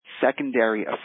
secondary